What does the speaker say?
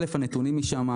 הנתונים משם,